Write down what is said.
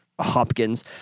Hopkins